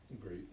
Great